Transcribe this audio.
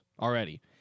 already